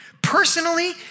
personally